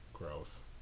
gross